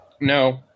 No